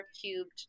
cubed